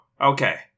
Okay